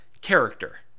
Character